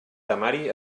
temari